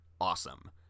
awesome